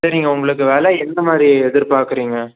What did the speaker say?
சரிங்க உங்களுக்கு வில எந்த மாதிரி எதிர்பார்க்கறீங்க